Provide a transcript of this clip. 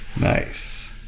nice